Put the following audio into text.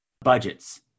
budgets